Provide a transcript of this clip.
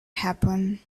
happen